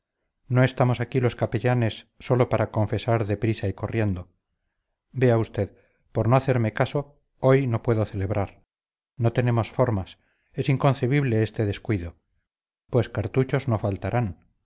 no estamos aquí los capellanes sólo para confesar de prisa y corriendo vea usted por no hacerme caso hoy no puedo celebrar no tenemos formas es inconcebible este descuido pues cartuchos no faltarán